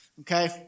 Okay